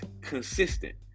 consistent